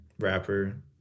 Rapper